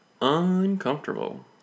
uncomfortable